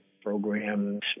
programs